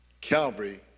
Calvary